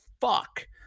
fuck